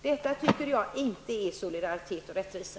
Detta anser jag inte vara solidaritet och rättvisa.